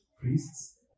priests